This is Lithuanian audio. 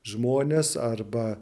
žmones arba